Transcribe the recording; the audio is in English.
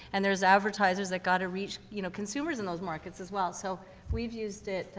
and there's advertisers that gotta reach, you know, consumers in those markets as well. so we've used it,